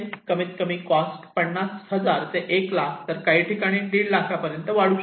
कमीत कमी कॉस्ट 50000 ते एक लाख तर काही ठिकाणी दीड लाखापर्यंत वाढू शकते